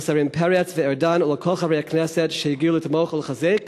ולשרים פרץ וארדן ולכל חברי הכנסת שהגיעו לתמוך ולחזק.